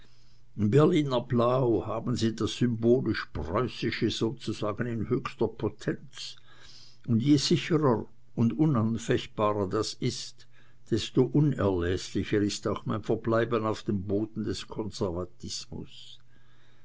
berliner blau haben sie das symbolisch preußische sozusagen in höchster potenz und je sicherer und unanfechtbarer das ist desto unerläßlicher ist auch mein verbleiben auf dem boden des konservatismus